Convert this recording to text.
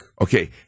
Okay